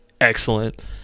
excellent